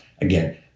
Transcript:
again